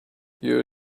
you